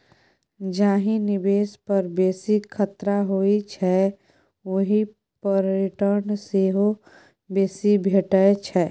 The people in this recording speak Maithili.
जाहि निबेश पर बेसी खतरा होइ छै ओहि पर रिटर्न सेहो बेसी भेटै छै